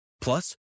Plus